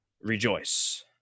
rejoice